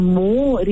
more